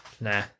Nah